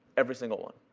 every single one.